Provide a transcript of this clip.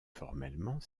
formellement